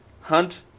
hunt